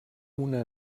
una